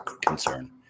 concern